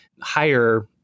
higher